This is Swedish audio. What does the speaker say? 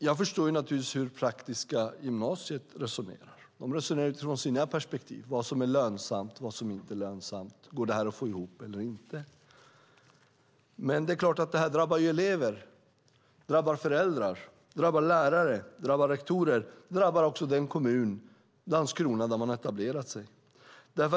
Jag förstår naturligtvis hur Praktiska gymnasiet resonerar. De resonerar utifrån sina perspektiv, utifrån vad som är lönsamt och vad som inte är lönsamt. Går det här att få ihop eller inte? Men det är klart att det drabbar elever, föräldrar, lärare och rektorer. Det drabbar också den kommun, Landskrona, där man har etablerat sig.